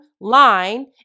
line